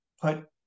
put